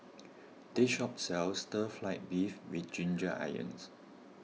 this shop sells Stir Fried Beef with Ginger Onions